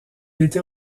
était